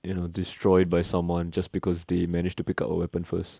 you know destroyed by someone just because they managed to pick up a weapon first